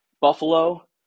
Buffalo